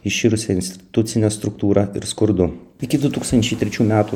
iširusia institucine struktūra ir skurdu iki du tūkstančiai trečių metų